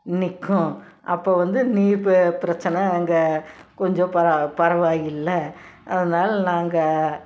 நிற்கும் அப்போ வந்து நீர் ப பிரச்சின அங்கே கொஞ்சம் பர பரவாயில்லை அதனால் நாங்கள்